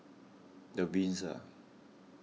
the Windsor